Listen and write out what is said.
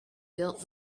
built